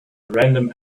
random